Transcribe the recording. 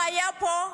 אם היה פה,